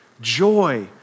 Joy